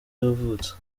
yavutse